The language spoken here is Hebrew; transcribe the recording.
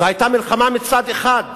זאת היתה מלחמה מצד אחד.